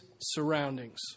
surroundings